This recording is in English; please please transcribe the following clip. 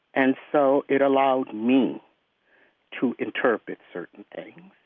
and so it allowed me to interpret certain things.